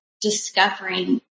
discovering